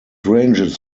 ranges